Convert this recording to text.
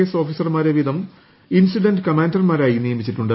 S ഓഫീസർമാരെ വീതം incident കമാൻഡർമാരായി നിയമിച്ചിട്ടുണ്ട്